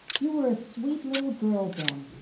you were a sweet little girl then,